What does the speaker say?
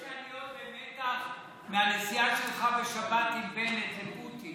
כמה אפשר להיות במתח מהנסיעה שלך בשבת עם בנט לפוטין.